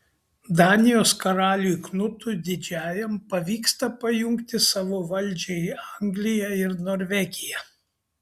danijos karaliui knutui didžiajam pavyksta pajungti savo valdžiai angliją ir norvegiją